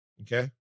Okay